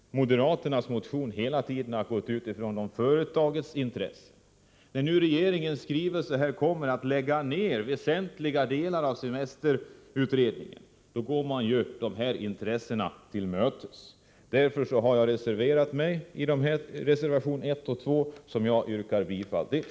Moderaternas motioner utgår också hela tiden från företagens intressen. Enligt regeringens skrivelse kommer väsentliga delar av semesterutredningen att läggas ned, och det innebär att man går dessa intressen till mötes. Därför har jag reserverat mig, och jag yrkar bifall till reservationerna 1 och 2.